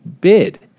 bid